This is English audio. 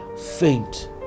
faint